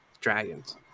dragons